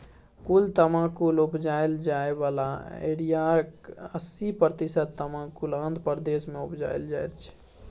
कुल तमाकुल उपजाएल जाइ बला एरियाक अस्सी प्रतिशत तमाकुल आंध्र प्रदेश मे उपजाएल जाइ छै